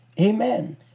amen